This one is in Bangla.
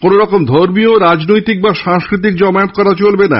কোনোরকম ধর্মীয় রাজনৈতিক বা সাংস্কৃতিক জমায়েত করা চলবে না